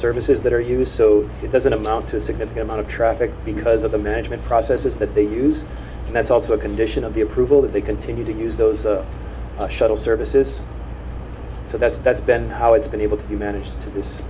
services that are you so it doesn't amount to a significant amount of traffic because of the management processes that they use and that's also a condition of the approval that they continue to use those shuttle services so that that's been how it's been able to be managed t